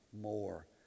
more